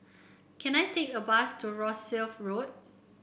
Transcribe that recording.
can I take a bus to Rosyth Road